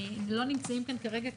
הם לא נמצאים כאן כרגע,